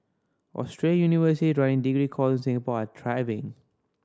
Australian running degree course in Singapore are thriving